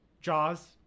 Jaws